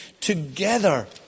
together